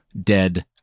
dead